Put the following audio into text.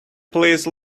please